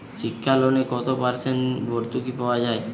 শিক্ষা লোনে কত পার্সেন্ট ভূর্তুকি পাওয়া য়ায়?